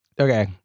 okay